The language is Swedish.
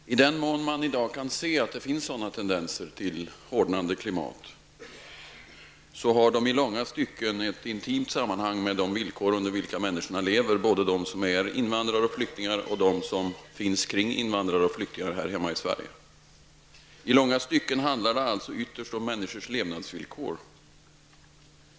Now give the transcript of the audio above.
Herr talman! I den mån man i dag kan se att det finns sådana tendenser till hårdnande klimat, så har de i långa stycken ett intimt samband med de villkor under vilka människorna lever, både invandrare och flyktingar och de människor som finns kring dem här hemma i Sverige.